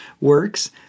works